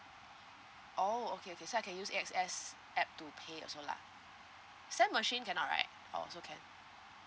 oh okay okay so I can use A_X_S app to pay also lah same machine cannot right or also can